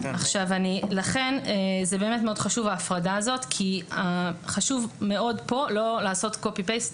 לכן מאוד חשובה ההפרדה הזאת כי חשוב מאוד כאן לא לעשות קופי-פייסט